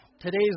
today's